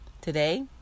Today